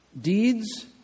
Deeds